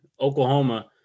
Oklahoma